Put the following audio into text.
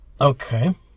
Okay